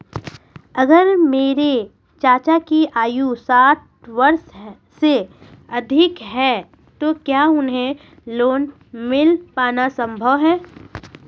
अगर मेरे चाचा की आयु साठ वर्ष से अधिक है तो क्या उन्हें लोन मिल पाना संभव है?